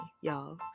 y'all